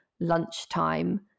lunchtime